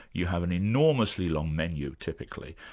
you have an enormously long menu typically,